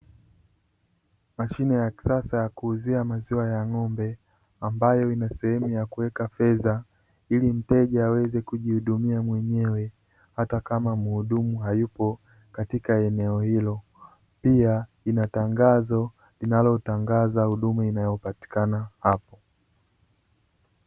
Mashine ya kisasa ya kuuzia maziwa ya ng'ombe, ambayo ina sehemu ya kuweka fedha ili mteja aweze kujihudumia mwenyewe, hata kama muhudumu hayupo katika eneo hilo, pia inatangazo linalotangaza huduma inayopatikana hapo.